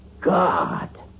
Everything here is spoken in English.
God